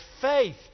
faith